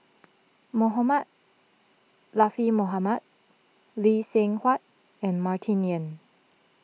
Mohamed Latiff Mohamed Lee Seng Huat and Martin Yan